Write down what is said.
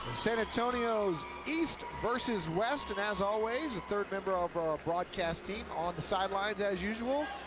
san antonio east versus west, and as always, third member of our broadcast team on the sidelines as usual.